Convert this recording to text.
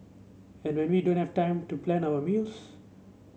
and when we don't have time to plan our meals